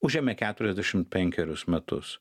užėmė keturiasdešimt penkerius metus